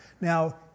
Now